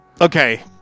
Okay